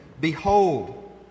Behold